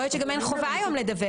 יכול להיות שגם אין חובה היום לדווח,